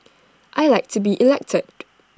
I Like to be elected